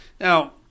Now